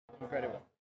incredible